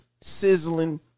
sizzling